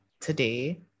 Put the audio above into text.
today